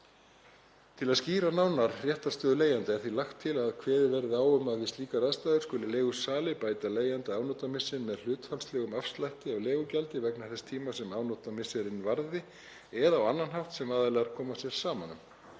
Til að skýra nánar réttarstöðu leigjenda er því lagt til að kveðið verði á um að við slíkar aðstæður skuli leigusali bæta leigjanda afnotamissinn með hlutfallslegum afslætti af leigugjaldi vegna þess tíma sem afnotamissirinn varði eða á annan hátt sem aðilar koma sér saman um.